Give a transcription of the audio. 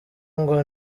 ngo